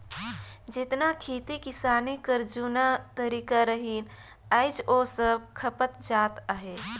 जेतना खेती किसानी कर जूना तरीका रहिन आएज ओ सब छपत जात अहे